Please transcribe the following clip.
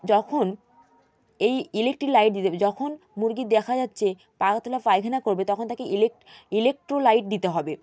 যখন এই electric light দিতে হবে যখন মুরগির দেখা যাচ্ছে পাতলা পায়খানা করবে তখন তাকে ইলেক্ট্রোলাইট দিতে হবে